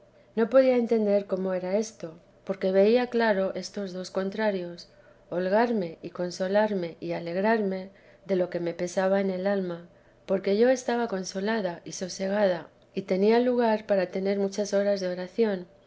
no podía entender cómo era esto porque veía claro estos dos contrarios holgarme y consolarme y alegrarme de lo que me pesaba en el alma porque yo estaba consolada y sosegada y tenía lugar para tener muchas horas de oración